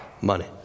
money